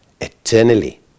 eternally